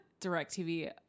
DirecTV